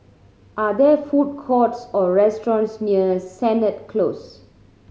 are there food courts or restaurants near Sennett Close